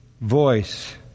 voice